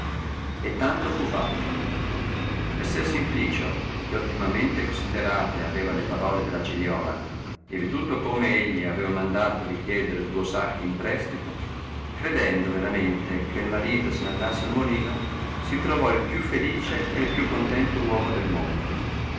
e tanto fu fatto messer simplicio che ottimamente considerate aveva le parole della giliola e veduto come egli aveva mandato a richieder duo sacchi imprestito credendo veramente che marito se n andasse al molino si trovò il più felice ed il più contento uomo del mondo